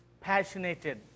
passionate